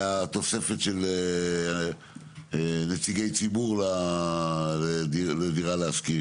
הייתה תוספת של נציגי ציבור לדירה להשכיר,